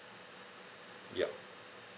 yup